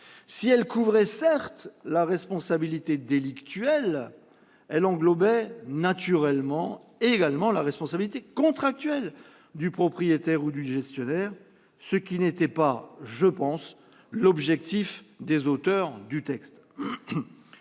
Si elle couvrait, certes, la responsabilité délictuelle, elle englobait également la responsabilité contractuelle du propriétaire ou du gestionnaire, ce qui n'était pas, je pense, l'objectif des auteurs du texte.